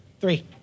Three